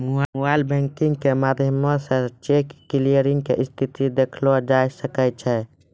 mobile banking के माध्यमो से चेक क्लियरिंग के स्थिति देखलो जाय सकै छै